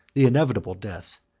the inevitable death,